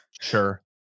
Sure